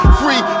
free